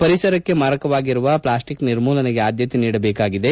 ಪರಿಸರಕ್ಕೆ ಮಾರಕವಾಗಿರುವ ಪ್ಲಾಸ್ಟಿಕ್ ನಿರ್ಮೂಲನೆಗೆ ಆದ್ಯತೆ ನೀಡಬೇಕಾಗಿದೆ